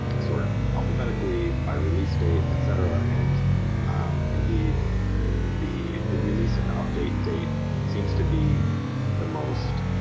sort alphabetically by release date etc, and indeed the the release and update date seems to be the most